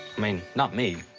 mean, not me.